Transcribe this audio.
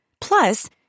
Plus